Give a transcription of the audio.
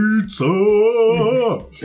PIZZA